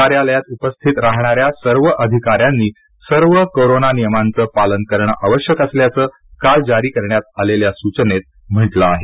कार्यालयात उपस्थित राहणाऱ्या सर्व अधिकाऱ्यानी सर्व कोरोना नियमांच पालन करण आवश्यक असल्याचं काल जारी करण्यात आलेल्या सूपनेत म्हटलं आहे